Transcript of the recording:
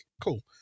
cool